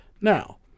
Now